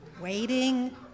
Waiting